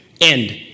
end